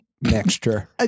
mixture